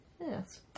Yes